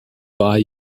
buy